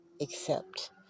accept